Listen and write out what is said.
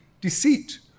deceit